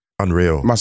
Unreal